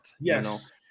Yes